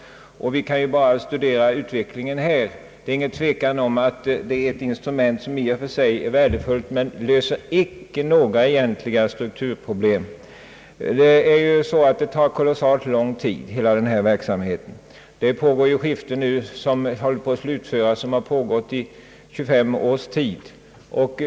Vi behöver bara studera utvecklingen här. Det är ingen tvekan om att lagen är ett instrument som i och för sig är värdefullt, men lagen löser icke några egentliga strukturproblem sett ur dagens krav. Hela denna verksamhet tar kolossalt lång tid. Det finns skiften som nu håller på att slutföras efter att ha pågått i 25 års tid.